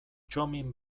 txomin